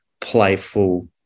playful